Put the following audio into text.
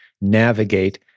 navigate